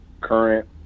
current